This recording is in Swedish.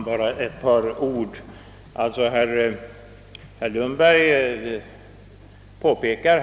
Herr talman!